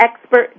expert